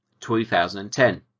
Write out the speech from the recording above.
2010